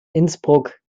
innsbruck